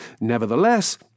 Nevertheless